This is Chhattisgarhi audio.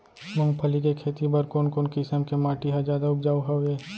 मूंगफली के खेती बर कोन कोन किसम के माटी ह जादा उपजाऊ हवये?